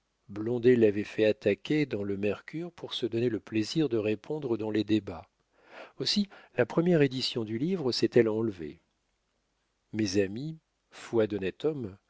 l'avait fait attaquer dans le mercure pour se donner le plaisir de répondre dans les débats aussi la première édition du livre s'est-elle enlevée mes amis foi d'honnête homme